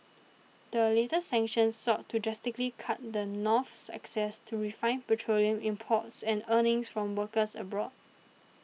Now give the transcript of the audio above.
the latest sanctions sought to drastically cut the North's access to refined petroleum imports and earnings from workers abroad